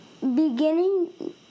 beginning